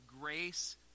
grace